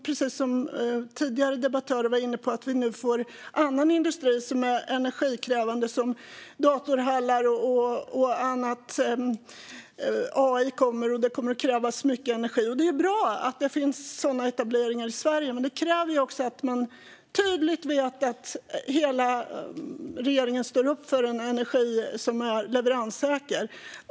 Precis som tidigare debattörer var inne på får vi nu annan industri som är energikrävande, som datorhallar och annat. AI kommer, och det kommer att kräva mycket energi. Det är bra att det finns sådana etableringar i Sverige, men det kräver att man säkert vet att hela regeringen står upp för en energi som är leveranssäker.